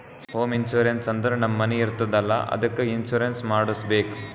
home insurance ಅಂದುರ್ ನಮ್ ಮನಿ ಇರ್ತುದ್ ಅಲ್ಲಾ ಅದ್ದುಕ್ ಇನ್ಸೂರೆನ್ಸ್ ಮಾಡುಸ್ಬೇಕ್